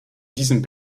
diesem